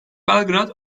belgrad